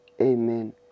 Amen